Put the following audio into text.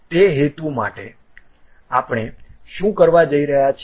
તે હેતુ માટે અમે શું કરવા જઈ રહ્યા છીએ